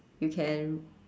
you can